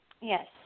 Yes